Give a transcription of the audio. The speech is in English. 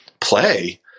play